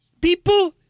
People